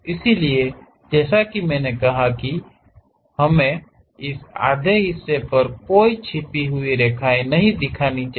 इसलिए जैसा कि मैंने कहा कि हमें इस आधे हिस्से पर कोई छिपी हुई रेखाएं नहीं दिखानी चाहिए